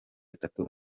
atatu